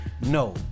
No